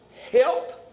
health